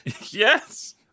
Yes